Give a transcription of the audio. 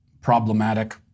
problematic